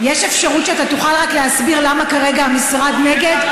יש אפשרות שאתה תוכל רק להסביר למה כרגע המשרד נגד?